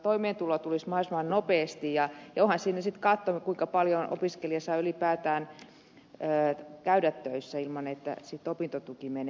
onhan siinä sitten katto kuinka paljon opiskelija saa ylipäätään käydä töissä ilman että sitten opintotuki menee